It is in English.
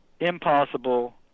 Impossible